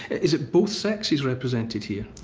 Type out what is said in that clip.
is it both sexes represented here?